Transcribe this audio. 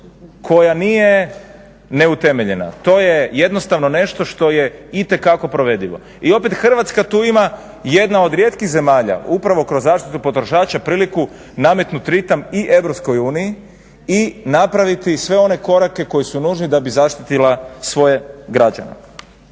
koja nije neutemeljena, to je jednostavno nešto što je itekako provedivo. I opet Hrvatska tu ima jedna od rijetkih zemalja upravo kroz zaštitu potrošača priliku nametnut ritam i Europskoj uniji i napraviti sve one korake koji su nužni da bi zaštitila svoje građane.